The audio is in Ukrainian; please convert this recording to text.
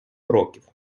років